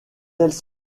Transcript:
telles